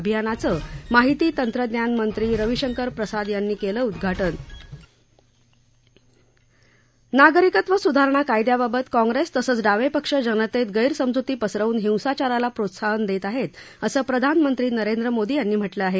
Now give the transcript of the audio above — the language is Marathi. अभियानाचं माहिती तंत्रज्ञानमंत्री रविशंकर प्रसाद यांनी केलं उद्घाटन नागरिकत्व सुधारणा कायद्याबाबत काँप्रेस तसंच डावे पक्ष जनतेत गैरसमजुती पसरवून हिंसाचाराला प्रोत्साहन देत आहेत असं प्रधानमंत्री नरेंद्र मोदी यांनी म्हटलं आहे